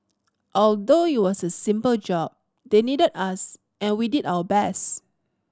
although it was a simple job they needed us and we did our best